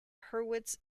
hurwitz